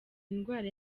indwara